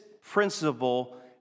principle